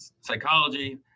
psychology